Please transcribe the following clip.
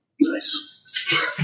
nice